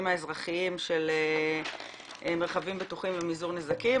האזרחיים של מרחבים בטוחים ומזעור נזקים.